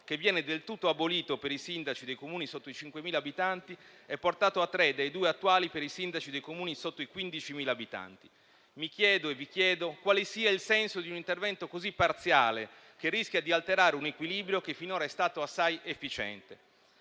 che viene del tutto abolito per i sindaci dei Comuni sotto i 5.000 abitanti e portato a tre dai due attuali per i sindaci dei Comuni sotto i 15.000 abitanti. Mi chiedo e vi chiedo quale sia il senso di un intervento così parziale, che rischia di alterare un equilibrio che finora è stato assai efficiente.